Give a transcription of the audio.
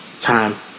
time